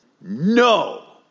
no